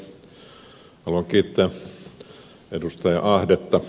haluan kiittää ed